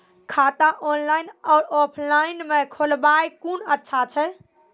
खाता ऑनलाइन और ऑफलाइन म खोलवाय कुन अच्छा छै?